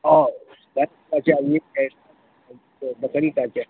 औ उसका क्या चाहिए कैसा बकरी का क्या